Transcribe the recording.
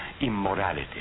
immorality